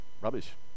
rubbish